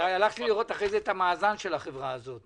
הלכתי אחר כך לראות את המאזן של החברה הזאת